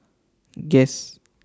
Guess